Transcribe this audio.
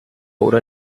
oder